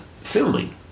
filming